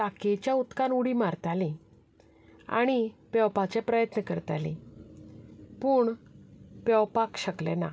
टांकयेच्या उदकांत उडी मारतालीं आनी पेंवपाचो प्रयत्न करतालीं पूण पेंवपाक शकले ना